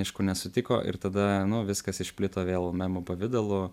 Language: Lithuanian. aišku nesutiko ir tada nu viskas išplito vėl memų pavidalu